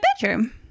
bedroom